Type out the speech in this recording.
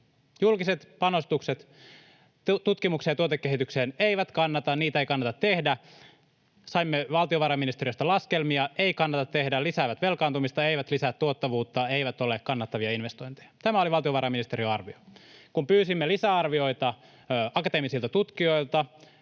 julkiset panostukset tutkimukseen ja tuotekehitykseen eivät kannata, niitä ei kannata tehdä. Saimme valtiovarainministeriöstä laskelmia: ei kannata tehdä, lisäävät velkaantumista, eivät lisää tuottavuutta, eivät ole kannattavia investointeja. Tämä oli valtiovarainministeriön arvio. Kun pyysimme lisää arvioita muilta akateemisilta tutkijoilta,